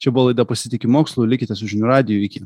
čia buvo laida pasitikiu mokslu likite su žiniu radiju iki